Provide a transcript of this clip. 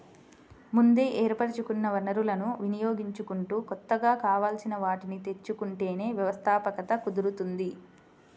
ముందే ఏర్పరచుకున్న వనరులను వినియోగించుకుంటూ కొత్తగా కావాల్సిన వాటిని తెచ్చుకుంటేనే వ్యవస్థాపకత కుదురుతుంది